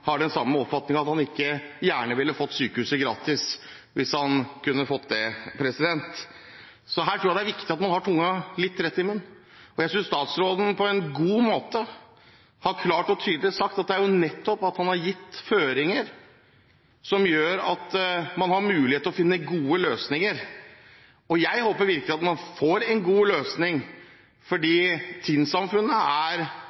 har den samme oppfatningen – at han ikke gjerne ville fått sykehuset gratis hvis han kunne fått det. Så her tror jeg det er viktig at man har tungen rett i munnen, og jeg synes statsråden på en god måte – klart og tydelig – har sagt at det nettopp er det at han har gitt føringer, som gjør at man har mulighet til å finne gode løsninger. Jeg håper virkelig at man får en god løsning, for Tinn-samfunnet er